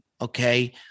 Okay